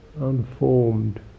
unformed